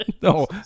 No